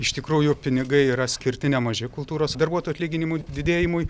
iš tikrųjų pinigai yra skirti nemaži kultūros darbuotojų atlyginimų didėjimui